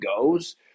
goes